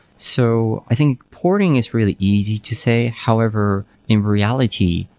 so i think porting is really easy to say. however in reality,